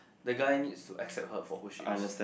the guy needs to accept her for who she is